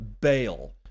bail